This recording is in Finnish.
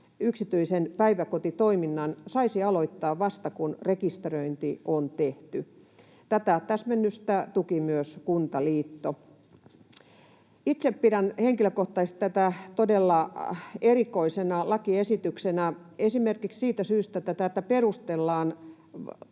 yksityisen päiväkotitoiminnan saisi aloittaa vasta, kun rekisteröinti on tehty. Tätä täsmennystä tuki myös Kuntaliitto. Itse pidän henkilökohtaisesti tätä todella erikoisena lakiesityksenä esimerkiksi siitä syystä, että tätä perustellaan